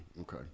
okay